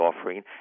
offering